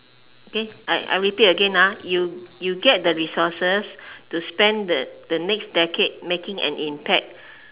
okay I I repeat again ah you you get the resources to spend the the next decade making an impact